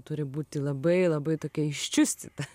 turi būti labai labai tokia iščiustyta